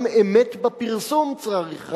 גם אמת בפרסום צריך.